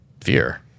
fear